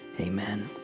Amen